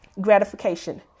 gratification